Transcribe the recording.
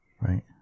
Right